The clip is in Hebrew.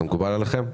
מקובל עליכם?